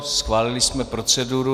Schválili jsme proceduru.